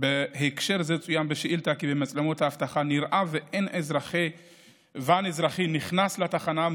בהקשר זה צוין בשאילתה: במצלמות האבטחה נראה ואן אזרחי נכנס לתחנה,